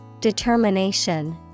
Determination